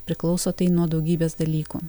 priklauso tai nuo daugybės dalykų